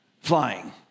flying